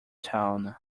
town